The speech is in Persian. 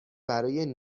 برای